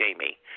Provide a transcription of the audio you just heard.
Jamie